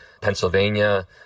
Pennsylvania